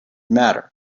matter